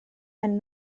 and